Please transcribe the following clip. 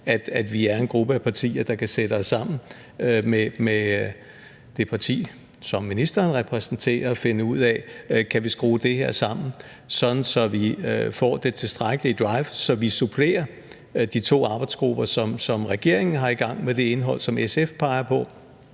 om vi er en gruppe af partier, der kunne sætte os sammen med det parti, som ministeren repræsenterer, og finde ud af, om vi kan skrue det her sammen, sådan at vi får det tilstrækkelige drive, så vi supplerer de to arbejdsgrupper, som regeringen har i gang, med det indhold, som SF peger på,